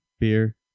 Beer